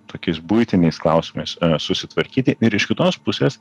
tokiais buitiniais klausimais susitvarkyti ir iš kitos pusės